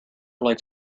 like